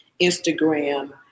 Instagram